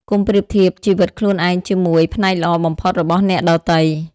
កុំប្រៀបធៀបជីវិតខ្លួនឯងជាមួយ ផ្នែកល្អបំផុតរបស់អ្នកដទៃ។